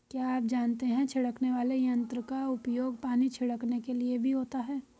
क्या आप जानते है छिड़कने वाले यंत्र का उपयोग पानी छिड़कने के लिए भी होता है?